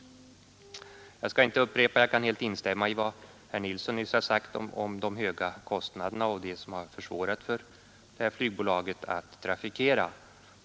Jag kan helt instämma i vad herr Nilsson nyss har sagt om de höga kostnaderna, som har försvårat för det här flygbolaget att uppehålla trafiken.